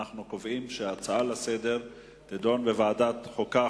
אנחנו קובעים שההצעה לסדר-היום תידון בוועדת החוקה,